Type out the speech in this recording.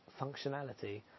functionality